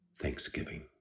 Thanksgiving